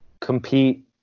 compete